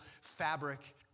fabric